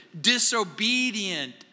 disobedient